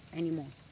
anymore